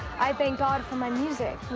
i thank god for my music,